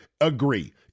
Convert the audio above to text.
agree